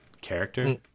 character